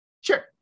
Sure